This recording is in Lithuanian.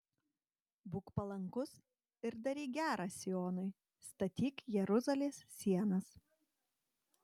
būk palankus ir daryk gera sionui statyk jeruzalės sienas